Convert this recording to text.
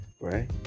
right